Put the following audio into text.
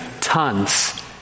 tons